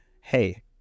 hey